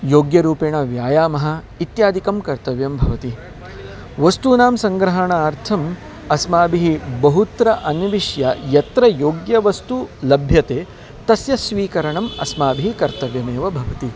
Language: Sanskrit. योग्यरूपेण व्यायामः इत्यादिकं कर्तव्यं भवति वस्तूनां सङ्ग्रहणार्थम् अस्माभिः बहुत्र अन्विष्य यत्र योग्यवस्तुं लभ्यते तस्य स्वीकरणम् अस्माभिः कर्तव्यमेव भवति